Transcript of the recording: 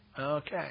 Okay